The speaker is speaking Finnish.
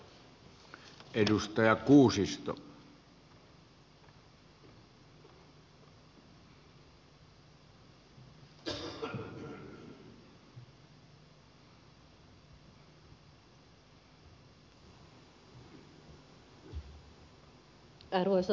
arvoisa puhemies